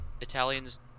Italians